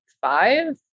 five